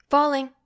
Falling